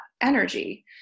energy